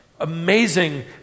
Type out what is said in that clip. Amazing